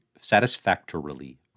satisfactorily